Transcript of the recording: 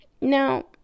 Now